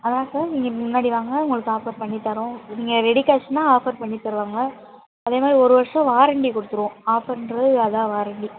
அதான் சார் நீங்கள் இங்கே முன்னாடி வாங்க உங்களுக்கு ஆஃபர் பண்ணித்தறோம் நீங்கள் ரெடி கேஷுனா ஆஃபர் பண்ணித்தருவாங்க அதேமாதிரி ஒரு வருஷம் வாரெண்ட்டி கொடுத்துருவோம் ஆஃபருன்றது அதான் வாரெண்ட்டி